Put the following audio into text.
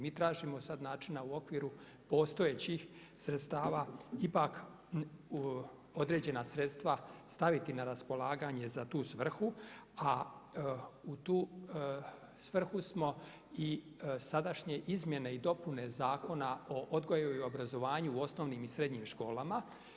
Mi tražimo sad načina u okviru postojećih sredstava ipak određena sredstva staviti na raspolaganje za tu svrhu, a u tu svrhu smo i sadašnje izmjene i dopune Zakona o odgoju i obrazovanju u osnovnim i srednjim školama.